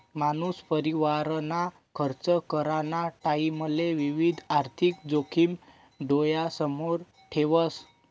मानूस परिवारना खर्च कराना टाईमले विविध आर्थिक जोखिम डोयासमोर ठेवस